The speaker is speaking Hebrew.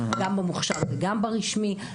גם המוכש"ר וגם ברשמי.